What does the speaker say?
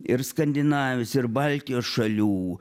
ir skandinavijos ir baltijos šalių